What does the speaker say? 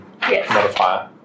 modifier